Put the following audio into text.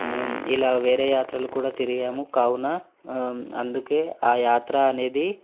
ఇలా వేరే యాత్రలు కూడా తిరిగాము కావునా అందుకే ఆ యాత్ర అనేది